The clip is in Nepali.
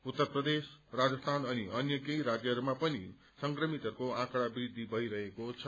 उत्तर प्रदेश राजस्थान अनि अन्य केही राज्यहरूमा पनि संक्रमितहरूको आँकड़ा वृद्धि भइरहेको छ